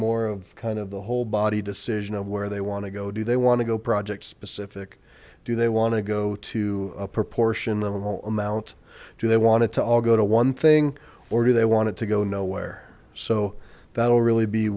more of kind of the whole body decision of where they want to go do they want to go project specific do they want to go to a proportion of a whole amount do they want it to all go to one thing or do they want it to go nowhere so that'll really be